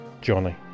Johnny